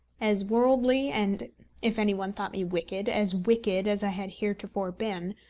as worldly and if any one thought me wicked as wicked as i had heretofore been,